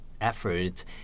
effort